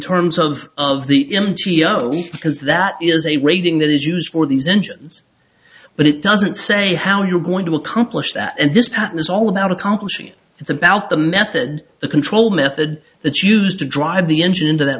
terms of of the m t o because that is a rating that is used for these engines but it doesn't say how you're going to accomplish that and this pattern is all about accomplishing it's about the method the control method that used to drive the engine into that